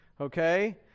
Okay